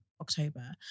October